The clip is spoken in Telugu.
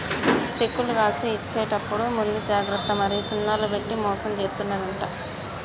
సెక్కులు రాసి ఇచ్చేప్పుడు ముందు జాగ్రత్త మరి సున్నాలు పెట్టి మోసం జేత్తున్నరంట